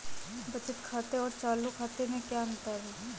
बचत खाते और चालू खाते में क्या अंतर है?